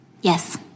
Yes